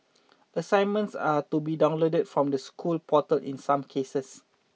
assignments are to be downloaded from the school portal in some cases